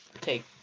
take